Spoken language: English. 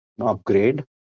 upgrade